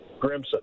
Grimson